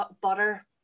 butter